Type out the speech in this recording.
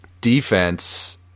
defense